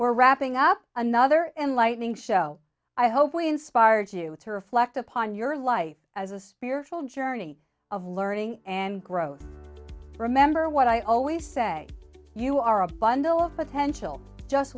or wrapping up another enlightening show i hope we inspire do with her flecked upon your life as a spiritual journey of learning and growth remember what i always say you are a bundle of potential just